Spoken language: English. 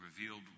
Revealed